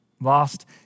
lost